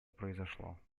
произошло